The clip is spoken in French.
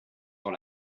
dans